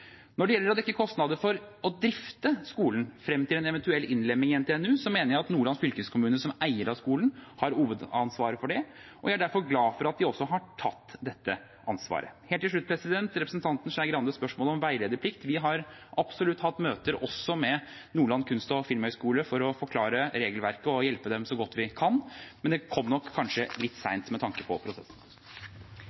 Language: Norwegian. Når det gjelder å dekke kostnader for å drifte skolen frem til en eventuell innlemming i NTNU, mener jeg at Nordland fylkeskommune, som eier av skolen, har hovedansvaret for det, og jeg er derfor glad for at de også har tatt dette ansvaret. Helt til slutt til representanten Skei Grandes spørsmål om veiledningsplikt: Vi har absolutt hatt møter også med Nordland kunst- og filmhøgskole for å forklare regelverket og hjelpe dem så godt vi kan, men det kom nok kanskje litt